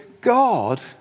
God